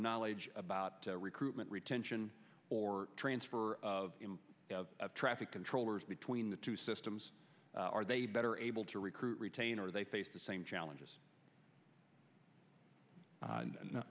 knowledge about recruitment retention or transfer of traffic controllers between the two systems are they better able to recruit retain or they face the same challenges